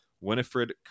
Winifred